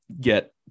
get